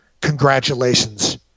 congratulations